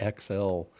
XL